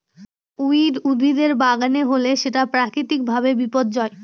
weed উদ্ভিদের বাগানে হলে সেটা প্রাকৃতিক ভাবে বিপর্যয়